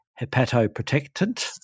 hepatoprotectant